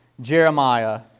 Jeremiah